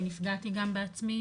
אני נפגעתי גם בעצמי,